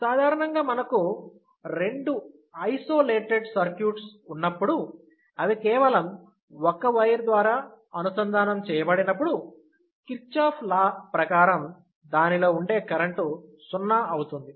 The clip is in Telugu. సాధారణంగా మనకు రెండు ఐసోలేటెడ్ సర్క్యూట్స్ ఉన్నప్పుడు అవి కేవలం ఒక్క వైర్ ద్వారా అనుసంధానం చేయబడినపుడు కిర్చాఫ్ లా ప్రకారం దానిలో ఉండే కరెంటు సున్నా అవుతుంది